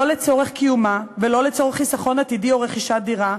לא לצורך קיומה ולא לצורך חיסכון עתידי או רכישת דירה,